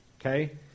Okay